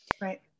Right